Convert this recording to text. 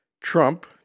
Trump